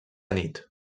nit